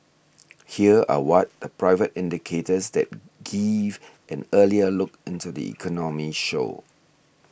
here are what the private indicators that give an earlier look into the economy show